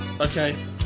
Okay